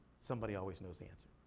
somebody always knows the answer.